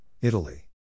Italy